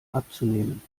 abzunehmen